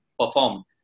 Performed